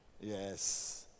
Yes